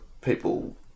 people